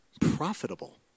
profitable